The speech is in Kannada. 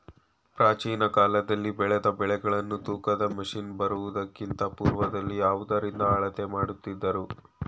ಪ್ರಾಚೀನ ಕಾಲದಲ್ಲಿ ಬೆಳೆದ ಬೆಳೆಗಳನ್ನು ತೂಕದ ಮಷಿನ್ ಬರುವುದಕ್ಕಿಂತ ಪೂರ್ವದಲ್ಲಿ ಯಾವುದರಿಂದ ಅಳತೆ ಮಾಡುತ್ತಿದ್ದರು?